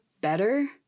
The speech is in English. better